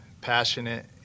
passionate